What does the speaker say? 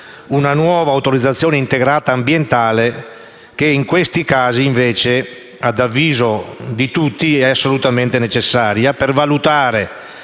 una nuova autorizzazione integrata ambientale, che invece, in questi casi, ad avviso di tutti, è assolutamente necessaria per valutare